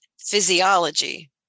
physiology